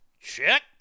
Check